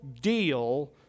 deal